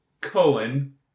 Cohen